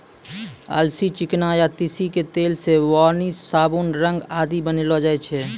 अलसी, चिकना या तीसी के तेल सॅ वार्निस, साबुन, रंग आदि बनैलो जाय छै